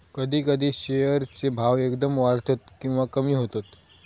कधी कधी शेअर चे भाव एकदम वाढतत किंवा कमी होतत